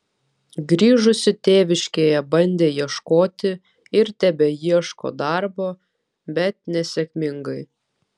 grįžusi tėviškėje bandė ieškoti ir tebeieško darbo bet nesėkmingai